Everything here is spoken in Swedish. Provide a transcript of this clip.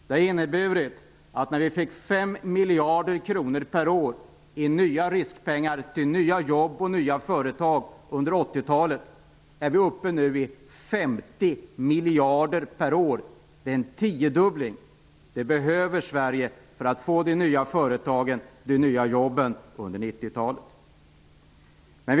Mot att under 80-talet ha fått 5 miljarder kronor per år i nya riskpengar till nya jobb och nya företag är vi nu uppe i 50 miljarder kronor per år. Det innebär en tiodubbling, och det behöver Sverige för att under 90-talet få de nya företagen och de nya jobben.